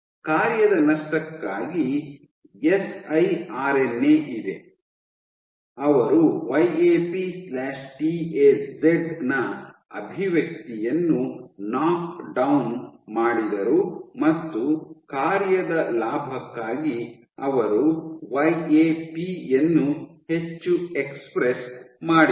ಕಾರ್ಯದ ನಷ್ಟಕ್ಕಾಗಿ S I R N A ಇದೆ ಅವರು Y A P T A Z ನ ಅಭಿವ್ಯಕ್ತಿಯನ್ನು ನಾಕ್ ಡೌನ್ ಮಾಡಿದರು ಮತ್ತು ಕಾರ್ಯದ ಲಾಭಕ್ಕಾಗಿ ಅವರು ವೈ ಎ ಪಿ ಯನ್ನು ಹೆಚ್ಚು ಎಕ್ಸ್ಪ್ರೆಸ್ ಮಾಡಿದರು